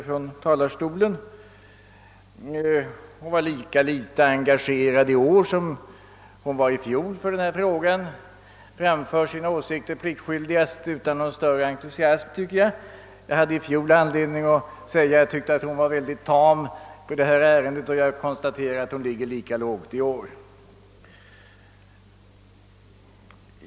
Fru Ryding var lika litet engagerad för frågan i år som i fjol — hon framför sina åsikter pliktskyldigast utan någon större entusiasm, tycker jag. Jag sade i fjol att jag fann fru Ryding mycket tam i sin argumentation, och jag konstaterar att hon ligger lika lågt i år.